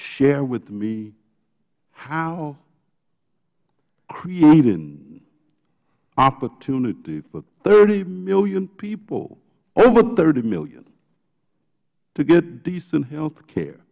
share with me how creating opportunity for thirty million people over thirty million to get decent health